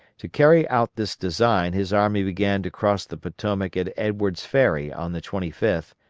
to carry out this design his army began to cross the potomac at edwards' ferry on the twenty fifth,